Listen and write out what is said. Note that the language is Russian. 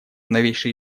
новейшей